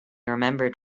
remembered